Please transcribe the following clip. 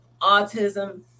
autism